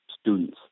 students